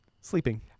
Sleeping